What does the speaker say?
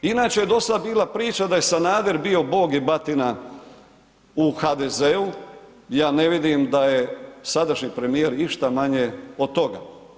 Inače je dosad bila priča je Sanader bio Bog i batina u HDZ-u, ja ne vidim da je sadašnji premijer išta manje od toga.